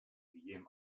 guillem